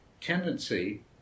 tendency